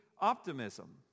optimism